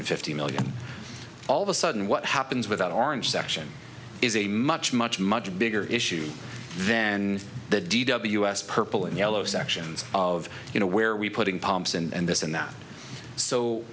hundred fifty million all of a sudden what happens with that orange section is a much much much bigger issue then the d ws purple and yellow sections of you know where we put in palms and this and that so